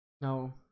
no